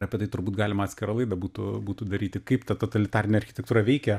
apie tai turbūt galima atskirą laidą būtų būtų daryti kaip ta totalitarinė architektūra veikia